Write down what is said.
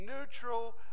neutral